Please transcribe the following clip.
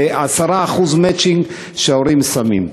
זה 10% מצ'ינג שההורים שמים.